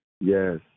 Yes